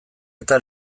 eta